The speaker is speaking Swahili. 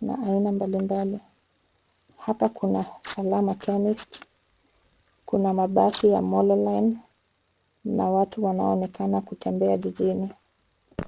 na aina mbalimbali. Hapa kuna Salama chemist , kuna mabasi ya Molo Line na watu wanaoonekana kutembea jijini.